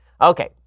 Okay